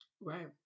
Right